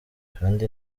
kandi